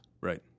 Right